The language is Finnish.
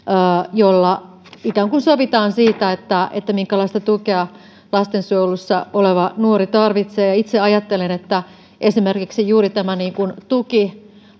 jolla ikään kuin sovitaan siitä minkälaista tukea lastensuojelussa oleva nuori tarvitsee itse ajattelen että esimerkiksi juuri tämä tuki